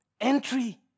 entry